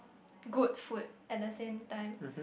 good food at the same time